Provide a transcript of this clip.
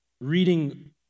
reading